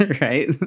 right